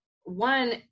one